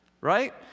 right